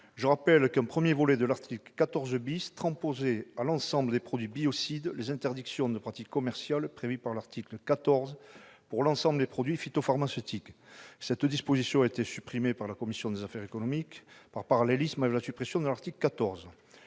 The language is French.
le rappelle, un premier volet de cet article visait à transposer aux produits biocides les interdictions de pratiques commerciales prévues par l'article 14 pour les produits phytopharmaceutiques. Cette disposition a été supprimée par la commission des affaires économiques, par parallélisme avec la suppression de l'article 14.